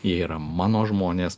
jie yra mano žmonės